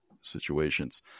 situations